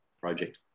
project